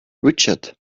richard